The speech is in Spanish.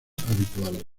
habituales